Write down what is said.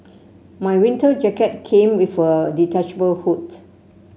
my winter jacket came with a detachable hood